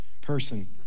person